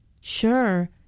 Sure